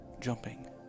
jumping